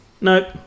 Nope